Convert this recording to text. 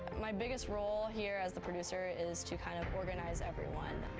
my biggest role here as the producer is to kind of organize everyone.